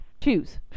Choose